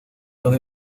los